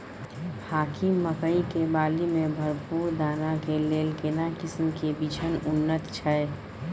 हाकीम मकई के बाली में भरपूर दाना के लेल केना किस्म के बिछन उन्नत छैय?